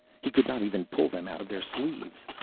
he could not even pull them out of their sleeves.